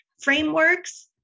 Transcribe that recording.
frameworks